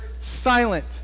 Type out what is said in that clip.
silent